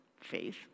faith